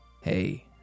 Hey